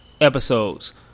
episodes